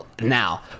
now